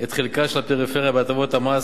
את חלקה של הפריפריה בהטבות המס.